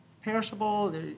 perishable